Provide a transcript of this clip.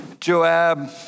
Joab